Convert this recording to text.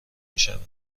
میشود